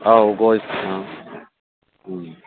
औ गय